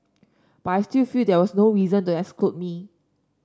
but I still feel there was no reason to exclude me